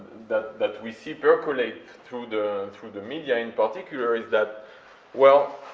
that that we see percolate through the through the media, in particular, is that well,